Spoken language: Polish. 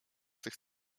tych